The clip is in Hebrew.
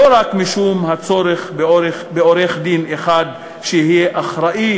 לא רק משום הצורך בעורך-דין אחד שיהיה אחראי